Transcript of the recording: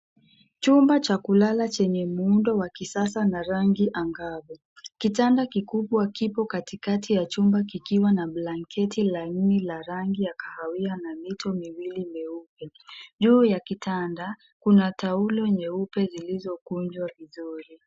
Chumba cha kulala chenye muundo wa kisasa na rangi angavu. Kitanda kikubwa kipo katikati ya chumba kikiwa na blanketi laini la rangi ya kahawia na mito miwili mieupe juu ya kitanda kuna taulo nyeupe zilizo kunjwa vizuri.